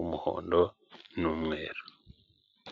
umuhondo n'umweru.